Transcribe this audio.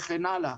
וכן הלאה.